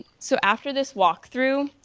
so after this walkthrough,